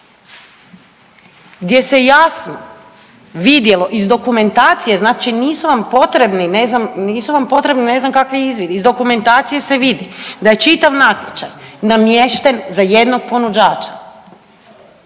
gdje se jasno vidjelo iz dokumentacije znači nisu vam potrebni ne znam kakvi izvidi. Iz dokumentacije se vidi da je čitav natječaj namješten za jednog ponuđača